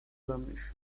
dönmüş